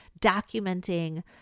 documenting